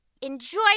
Enjoy